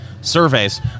surveys